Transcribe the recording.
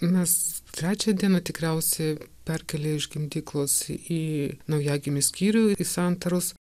mes trečią dieną tikriausiai perkelia iš gimdyklos į naujagimių skyrių į santaros